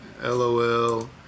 lol